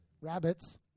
rabbits